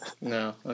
No